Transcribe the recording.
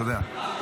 אתה יודע.